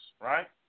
Right